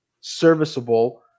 serviceable